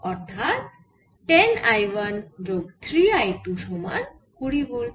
অর্থাৎ 10 I 1 যোগ 3 I 2 সমান 20 ভোল্ট